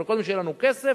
אבל קודם שיהיה לנו כסף,